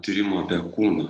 tyrimo apie kūną